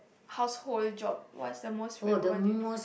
household job what's the most favourite one do you